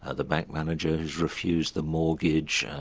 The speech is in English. ah the bank manager who's refused the mortgage,